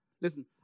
listen